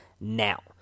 now